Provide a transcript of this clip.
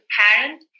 parent